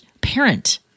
parent